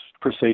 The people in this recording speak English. proceed